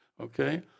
okay